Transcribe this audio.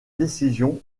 décision